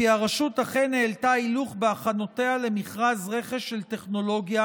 כי הרשות אכן העלתה הילוך בהכנותיה למכרז רכש של טכנולוגיה